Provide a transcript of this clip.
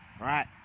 Right